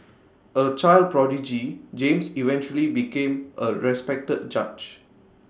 A child prodigy James eventually became A respected judge